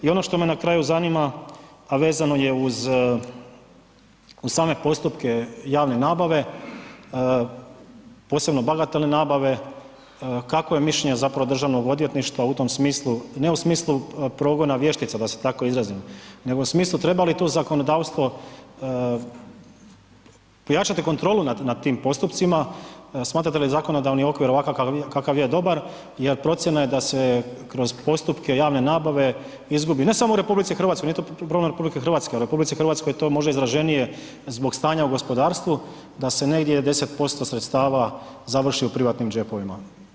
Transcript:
I ono što me na kraju zanima, a vezano je uz, uz same postupke javne nabave, posebno bagatelne nabave, kakvo je mišljenje zapravo državnog odvjetništva u tom smislu, ne u smislu progona vještica da se tako izrazim nego u smislu treba li tu zakonodavstvo pojačati kontrolu nad, nad tim postupcima, smatrate li zakonodavni okvir ovakav kakav je dobar jer procjena je da se kroz postupke javne nabave izgubi, ne samo u RH, nije to problem RH, u RH je to možda izraženije zbog stanja u gospodarstvu, da se negdje 10% sredstava završi u privatnim džepovima?